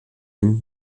dem